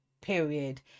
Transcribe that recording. period